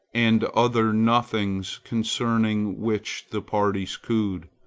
and other nothings concerning which the parties cooed.